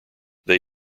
they